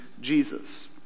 Jesus